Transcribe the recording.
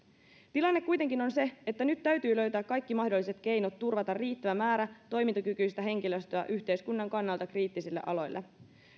tilanne kuitenkin on se että nyt täytyy löytää kaikki mahdolliset keinot turvata riittävä määrä toimintakykyistä henkilöstöä yhteiskunnan kannalta kriittisille aloille